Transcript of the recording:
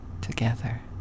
Together